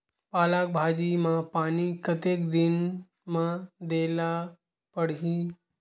पालक भाजी म पानी कतेक दिन म देला पढ़ही?